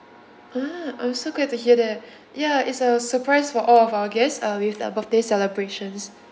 ah I'm so glad to hear that ya it's a surprise for all of our guests uh with the birthday celebrations